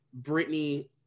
Britney